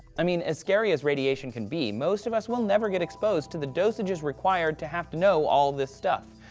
i mean, as scary as radiation can be, most of us will never get exposed to the dosages required to have to know all this stuff.